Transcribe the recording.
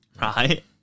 Right